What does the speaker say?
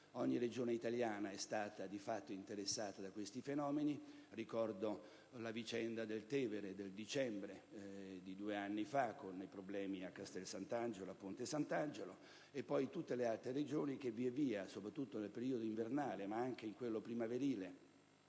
ogni Regione italiana è stata, di fatto, interessata da questi fenomeni. Ricordo la vicenda del fiume Tevere nel dicembre di due anni fa, con i problemi a Castel Sant'Angelo e a Ponte Sant'Angelo, e poi tutte le altre Regioni che via via, soprattutto nel periodo invernale, ma anche in quello primaverile